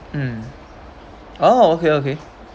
mm oh okay okay